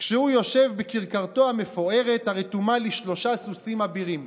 כשהוא יושב בכרכרתו המפוארת הרתומה לשלשה סוסים אבירים.